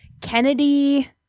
Kennedy